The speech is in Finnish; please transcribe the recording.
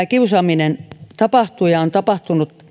kiusaaminen tapahtuu ja on tapahtunut